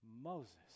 Moses